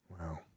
Wow